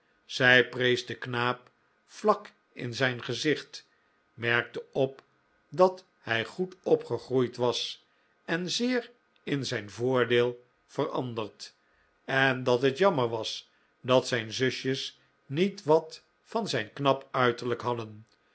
zij prees den knaap vlak in zijn gezicht merkte op dat hij goed opgegroeid was en zeer in zijn voordeel veranderd en dat het jammer was dat zijn zusjes niet wat van zijn knap uiterlijk hadden